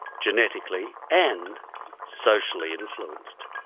genetically and socially influenced,